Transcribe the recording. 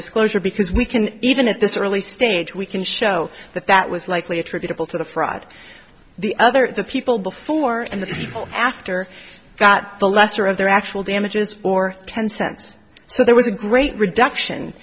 disclosure because we can even at this early stage we can show that that was likely attributable to the fraud the other the people before and the people after got the lesser of their actual damages or ten cents so there was a great reduction